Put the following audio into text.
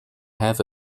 have